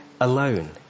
alone